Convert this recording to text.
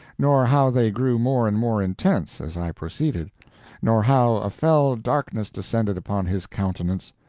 nor how they grew more and more intense, as i proceeded nor how a fell darkness descended upon his countenance,